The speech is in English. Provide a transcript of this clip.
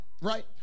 right